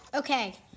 Okay